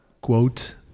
quote